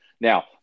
Now